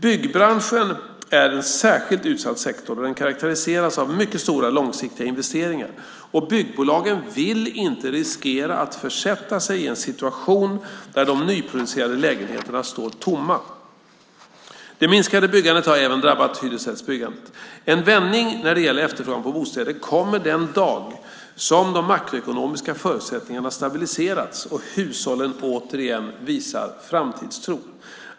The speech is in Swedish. Byggbranschen är en särskilt utsatt sektor då den karakteriseras av mycket stora långsiktiga investeringar, och byggbolagen vill inte riskera att försätta sig i en situation där de nyproducerade lägenheterna står tomma. Det minskade byggandet har även drabbat hyresrättsbyggandet. En vändning när det gäller efterfrågan på bostäder kommer den dag som de makroekonomiska förutsättningarna stabiliserats och hushållen återigen visar framtidstro.